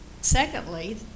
secondly